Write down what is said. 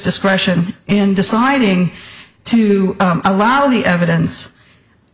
discretion in deciding to allow the evidence